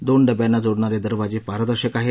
दोन डब्यांना जोडणारे दरवाजे पारदर्शक आहेत